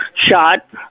shot